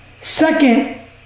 Second